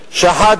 יש לנו פה,